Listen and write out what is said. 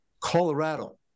Colorado